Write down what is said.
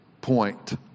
point